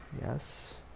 Yes